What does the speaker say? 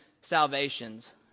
salvations